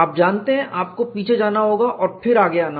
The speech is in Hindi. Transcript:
आप जानते हैं आपको पीछे जाना होगा फिर आगे आना होगा